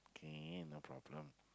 okay no problem